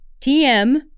TM